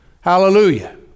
Hallelujah